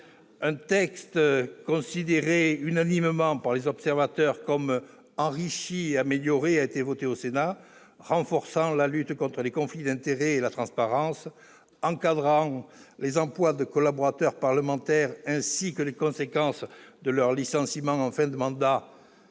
Un texte considéré unanimement par les observateurs comme enrichi et amélioré a été voté au Sénat, renforçant la lutte contre les conflits d'intérêts et pour la transparence, encadrant les emplois de collaborateurs parlementaires ainsi que les conséquences de leur licenciement en fin de mandat